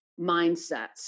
mindsets